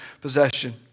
possession